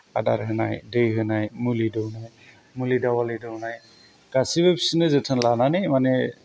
आदार होनाय दै होनाय मुलि दौनाय मुलि बा मुलि दौनाय गासैबो बिसोरनो जोथोन लानानै माने